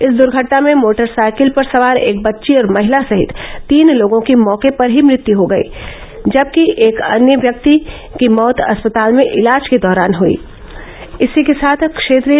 इस दुर्घटना में मोटरसाइकिल पर सवार एक बच्ची और महिला सहित तीन लोगों की मौके पर ही मृत्यु हो गयी जबकि एक अन्य व्यक्ति की मौत अस्पताल में इलाज के दौरान हुयी